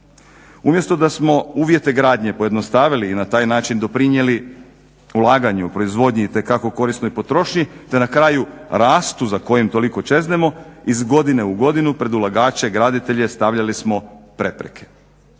Umjesto da smo uvjete gradnje pojednostavili i na taj način doprinijeli ulaganju i proizvodnji i itekako korisnoj potrošnji te na kraju rastu za kojim toliko čeznemo iz godine u godinu pred ulagače, graditelje stavljali smo prepreke